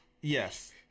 Yes